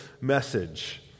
message